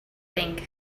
think